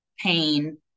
pain